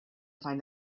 find